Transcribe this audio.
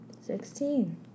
Sixteen